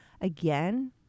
Again